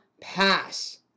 pass